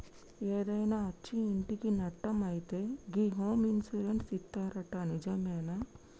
ఏదైనా అచ్చి ఇంటికి నట్టం అయితే గి హోమ్ ఇన్సూరెన్స్ ఇత్తరట నిజమేనా